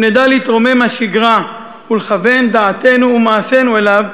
אם נדע להתרומם מהשגרה ולכוון דעתנו ומעשינו אליו,